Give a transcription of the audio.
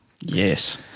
Yes